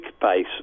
base